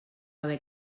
haver